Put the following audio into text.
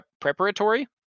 preparatory